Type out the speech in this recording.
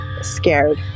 scared